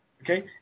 okay